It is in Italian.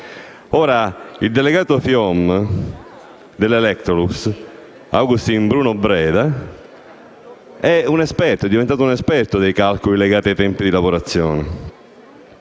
Il delegato FIOM della Electrolux, Augustin Bruno Breda, è diventato un esperto dei calcoli legati ai tempi di lavorazione.